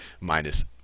minus